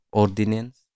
ordinance